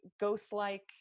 ghost-like